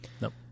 Nope